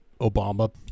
Obama